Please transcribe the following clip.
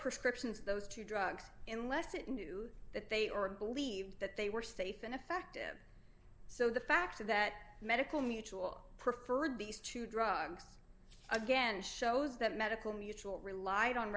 prescriptions those two drugs in less it knew that they or believed that they were safe and effective so the fact that medical mutual preferred these two drugs again shows that medical mutual relied on